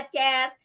podcast